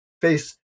face